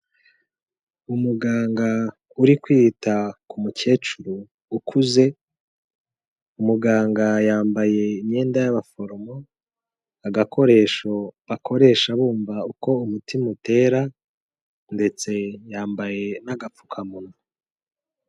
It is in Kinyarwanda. Umuganga uri kwita ku mukecuru ukuze, umuganga yambaye imyenda y'abaforomo, agakoresho akoresha bumva uko umutima utera ndetse yambaye n'agapfukamunwa.